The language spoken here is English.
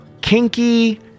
kinky